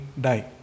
die